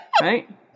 Right